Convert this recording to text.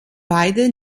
beide